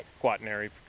quaternary